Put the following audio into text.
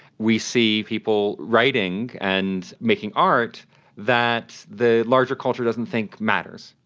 we see people writing and making art that the larger culture doesn't think matters.